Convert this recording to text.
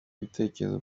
ibitekerezo